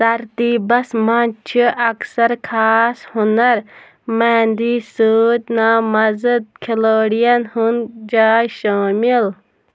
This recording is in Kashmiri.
تَرتیٖبَس منٛز چھِ اکثر خاص ہُنَر مٔنٛدی سۭتۍ نامَزٕد کھِلٲڑِیَن ہُنٛد جاے شٲمِل